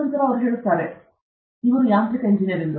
ತದನಂತರ ಅವರು ಹೇಳುತ್ತಾರೆ ಅವರು ಯಾಂತ್ರಿಕ ಇಂಜಿನಿಯರ್